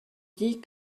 dit